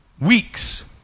Weeks